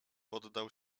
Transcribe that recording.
poddał